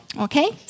Okay